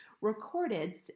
recorded